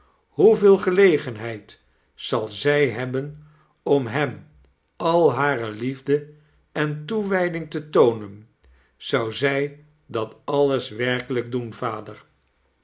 hoeveel gelegenhedd zal zij hebben om hem al hare lieifde en toewijding te toonen zou zij dat alles werkelijk doen vader